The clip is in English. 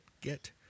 get